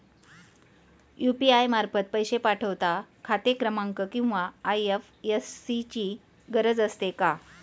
UPI मार्फत पैसे पाठवता खाते क्रमांक किंवा आय.एफ.एस.सी ची गरज असते का?